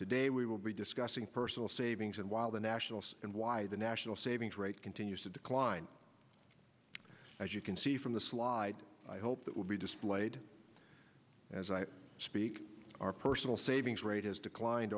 today we will be discussing personal savings and while the nationals why the national savings rate continues to decline as you can see from the slide i hope that will be displayed as i speak our personal savings rate has declined